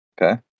Okay